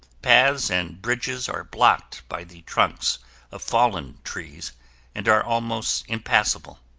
paths and bridges are blocked by the trunks of fallen trees and are almost impassable.